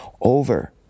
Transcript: over